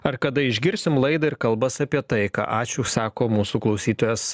ar kada išgirsim laidą ir kalbas apie taiką ačiū sako mūsų klausytojas